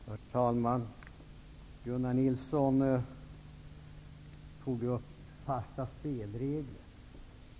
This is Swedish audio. Herr talman! Gunnar Nilsson talade om fasta spelregler.